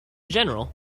general